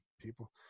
people